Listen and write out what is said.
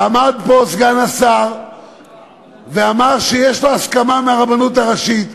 עמד פה סגן השר ואמר שיש לו הסכמה מהרבנות הראשית,